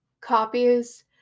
copies